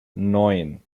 neun